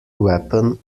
weapon